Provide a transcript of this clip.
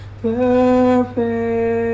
Perfect